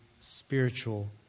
spiritual